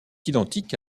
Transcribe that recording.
identique